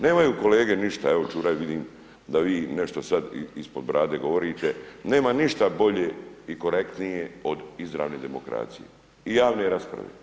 Nemaju kolege ništa, evo Čuraj vidim da vi nešto sad ispod brade govorite, nema ništa bolje i korektnije od izravne demokracije i javne rasprave.